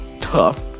tough